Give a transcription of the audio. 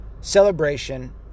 celebration